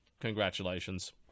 congratulations